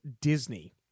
Disney